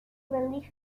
relief